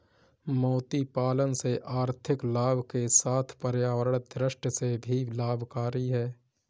मोती पालन से आर्थिक लाभ के साथ पर्यावरण दृष्टि से भी लाभकरी है